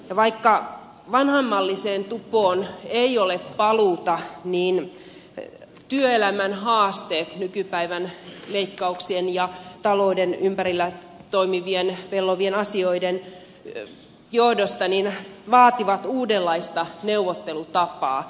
ja vaikka vanhanmalliseen tupoon ei ole paluuta niin työelämän haasteet nykypäivän leikkauksien ja talouden ympärillä toimivien vellovien asioiden johdosta vaativat uudenlaista neuvottelutapaa